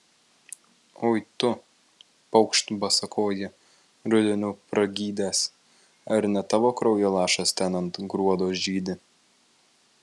oi tu paukšt basakoji rudeniu pragydęs ar ne tavo kraujo lašas ten ant gruodo žydi